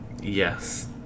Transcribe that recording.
Yes